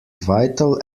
vital